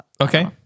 Okay